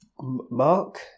Mark